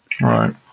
right